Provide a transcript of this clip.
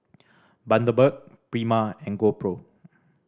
Bundaberg Prima and GoPro